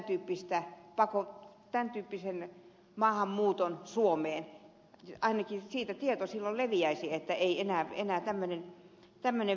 tämä estäisi tämän tyyppisen maahanmuuton suomeen ainakin siitä tieto silloin leviäisi että ei enää tämmöinen vetele